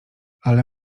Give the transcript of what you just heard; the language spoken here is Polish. ale